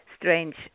strange